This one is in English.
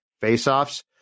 face-offs